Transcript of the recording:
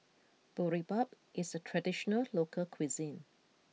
Boribap is a traditional local cuisine